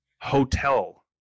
Hotel